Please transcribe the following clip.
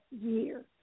year